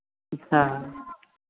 अच्छा